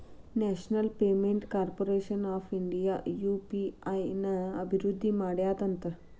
national payments corporation of India UPI ನ ಅಭಿವೃದ್ಧಿ ಮಾಡ್ಯಾದಂತ